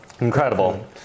Incredible